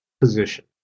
position